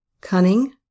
cunning